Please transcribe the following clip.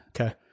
Okay